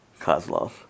Kozlov